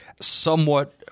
somewhat